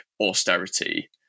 austerity